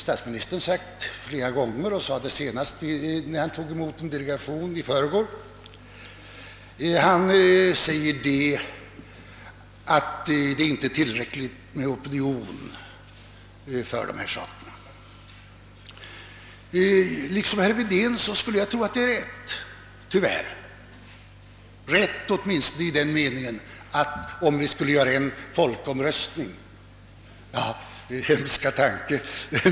Statsministern har flera gånger — senast när han i förrgår tog emot en delegation — framhållit att opinionen för u-landshjälpen inte är tillräcklig. Liksom herr Wedén tror jag att detta — tyvärr — är riktigt. Det torde vara riktigt åtminstone i den meningen att om vi skulle anordna en folkomröstning — hemska tanke!